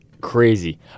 crazy